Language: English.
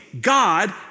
God